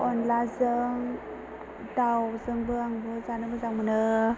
अनलाजों दावजोंबो आं बहुद जानो मोजां मोनो